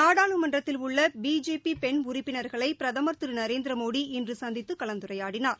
நாடாளுமன்றத்தில் பெண் உறுப்பினர்களைபிரதமர் திருநரேந்திரமோடி இன்றுசந்தித்துகலந்துரையாடினார்